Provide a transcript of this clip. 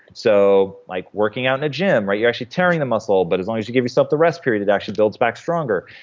so like working out in a gym. you're actually tearing the muscle, but as long as you give yourself the rest period, it actually builds back stronger.